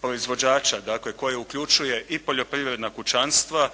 proizvođača, dakle koje uključuje i poljoprivredna kućanstva,